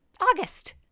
August